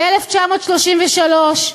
ב-1933,